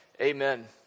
Amen